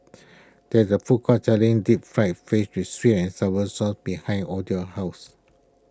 there is a food court selling Deep Fried Fish with Sweet and Sour Sauce behind Odalys' house